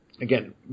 again